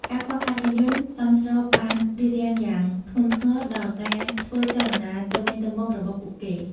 ការខ្វះខាតយានយន្តសមស្របបានរារាំងយ៉ាងធ្ងន់ធ្ងរដល់ការធ្វើចលនាទៅវិញទៅមករបស់ពួកគេ។